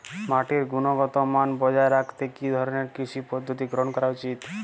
মাটির গুনগতমান বজায় রাখতে কি ধরনের কৃষি পদ্ধতি গ্রহন করা উচিৎ?